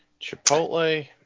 Chipotle